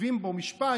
כשכותבים בו משפט,